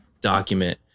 document